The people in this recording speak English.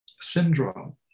syndrome